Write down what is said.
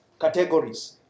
categories